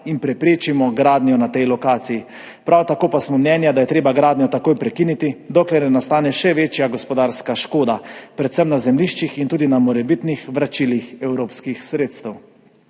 in preprečimo gradnjo na tej lokaciji. Prav tako pa menimo, da je treba gradnjo takoj prekiniti, dokler ne nastane še večja gospodarska škoda, predvsem na zemljiščih in tudi glede morebitnih vračil evropskih sredstev.